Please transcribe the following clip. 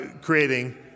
creating